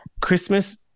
christmas